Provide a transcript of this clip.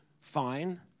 fine